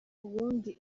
ubundi